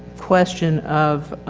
question of,